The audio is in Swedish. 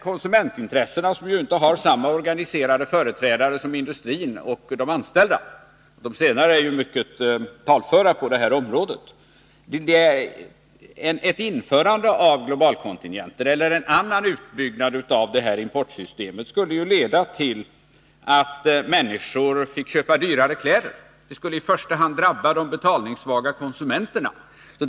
Konsumentintressena har inte samma organiserade företrädare som industrin och de anställda — de senare är ju mycket talföra på detta område. Ett införande av globalkontingenter eller en annan utbyggnad av detta importsystem skulle leda till att människor fick köpa dyrare kläder. Det skulle i första drabba de betalningssvaga konsumenterna.